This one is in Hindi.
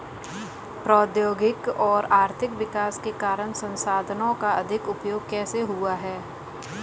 प्रौद्योगिक और आर्थिक विकास के कारण संसाधानों का अधिक उपभोग कैसे हुआ है?